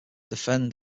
defend